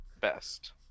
best